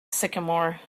sycamore